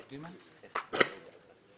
נתקבלו.